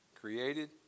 Created